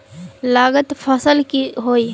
लागत फसल की होय?